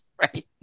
right